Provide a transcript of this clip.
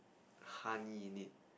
honey it did